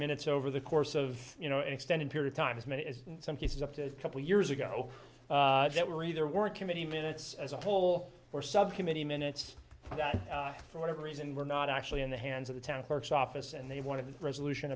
minutes over the course of you know an extended period time as many as some cases up to a couple years ago that were either work committee minutes as a whole or subcommittee minutes that for whatever reason were not actually in the hands of the town clerk's office and they wanted to resolution